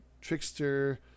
trickster